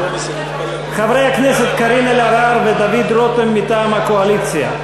חברי הכנסת קארין אלהרר ודוד רותם מטעם הקואליציה,